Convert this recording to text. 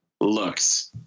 looks